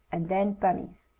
and then bunny's.